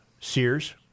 Sears